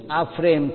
આ ફ્રેમ છે